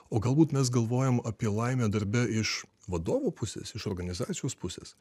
o galbūt mes galvojam apie laimę darbe iš vadovų pusės iš organizacijos pusės